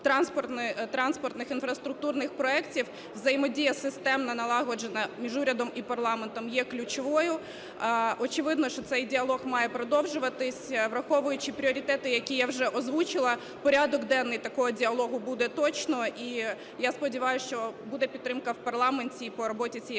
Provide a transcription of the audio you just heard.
транспортних, інфраструктурних проектів, взаємодія системна налагоджена між урядом і парламентом є ключовою. Очевидно, що цей діалог має продовжуватись. Враховуючи пріоритети, які я вже озвучила, порядок денний такого діалогу буде точно і я сподіваюся, що буде підтримка в парламенті і по роботі цієї платформи.